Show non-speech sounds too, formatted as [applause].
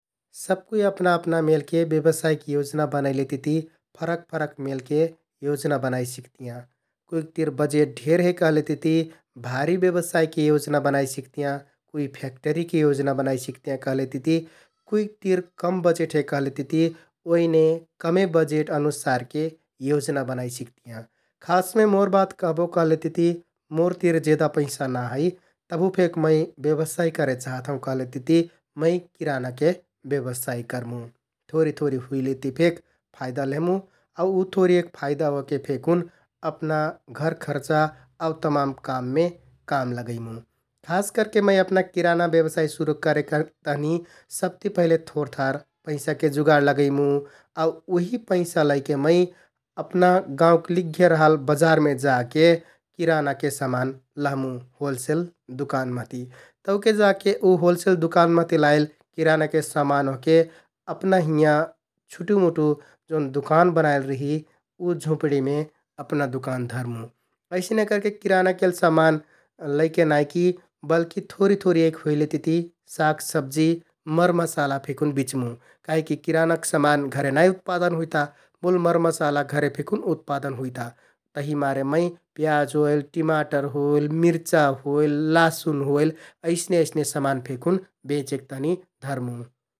सबकुइ अपना अपना मेलके ब्यवसायिक योजना बनैले तिति फरक फरक मेलके योजना बनाइ सिकतियाँ । कुइक तिर बजेट ढेर हे कहलेतिति भारि ब्यवसायिक योजना बनाइ सिकतियाँ । कुइ फ्याक्ट्रिके योजना बनाइ [noise] सिकतियाँ कहलेतिति कुइक तिर कम बजेट हे कहलेतिति [noise] ओइने कमे बजेट अनुसारके योजना बनाइ सिकतियाँ । खासमे मोर बात कहबो कहलेतिति मोर तिर जेदा पैंसा ना है तभुफेक मै ब्यवसाय करे चाहत हौं कहलेतिति मै किरानाके ब्यवसाय करमुँ । थोरि थोरि हुइलेति फेक फाइदा लेहमुँ आउ उ थोरि एक फाइदा ओहके फेकुन अपना घर खर्चा आउ तमान काममे काम लगैमुँ । खास करके मै अपना किराना ब्यवसाय सुरु करेक [noise] तहनि सबति पहिले थोरथार पैंसाके जुगाड लगैमुँ आउ उहि पैंसा लैके मै अपना गाउँक लिग्घे रहल बजारमे जाके किरानाके समान लहमुँ होलसेल दुकान महति । तौके जाके उ होलसेल दुकान महति लाइल किरानाके समान ओहके अपना हिंयाँ छुटुमुटु जौन दुकान बनाइल रिहि उ झुँपडिमे अपना दुकान धरमुँ । अइसने करके किराना केल समान [hesitation] लैकै नाइ कि बल्कि थोरि थोरि एक हुइलेतिति साग, सब्जि, मरमसाला फेकुन बिंच्मुँ । काहिककि किरानक समान घरे नाइ उत्पादन हुइता मुल मरमसाला घरे फेकुन उत्पादन हुइता तहिमारे मै प्याज होइल, टिमाटर होइल, मिरचा होइल, लासुन होइल अइसने अइसने समान फेकुन बेंचेक तहनि धरमुँ ।